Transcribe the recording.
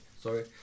sorry